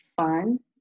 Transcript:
fun